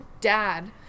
dad